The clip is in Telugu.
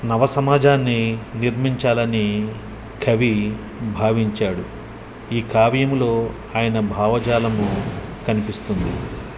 నవసమాజాన్ని నిర్మించాలని కవి భావించాడు ఈ కావ్యంలో ఆయన భావాజాలము కనిపిస్తుంది